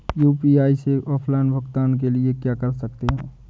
UPI से offline भुगतान के लिए क्या कर सकते हैं?